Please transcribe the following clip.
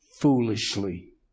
foolishly